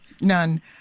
None